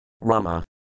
Rama